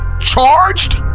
charged